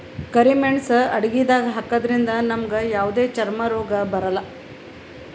ಕರಿ ಮೇಣ್ಸ್ ಅಡಗಿದಾಗ್ ಹಾಕದ್ರಿಂದ್ ನಮ್ಗ್ ಯಾವದೇ ಚರ್ಮ್ ರೋಗ್ ಬರಲ್ಲಾ